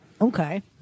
Okay